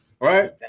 Right